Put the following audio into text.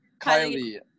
Kylie